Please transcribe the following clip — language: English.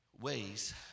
ways